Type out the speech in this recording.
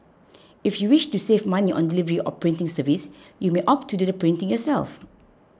if you wish to save money on delivery or printing service you may opt to do the printing yourself